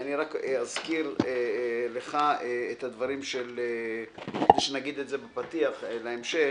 אזכיר לך את הדברים נגיד את זה בפתיח לקראת ההמשך